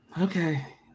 Okay